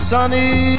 Sunny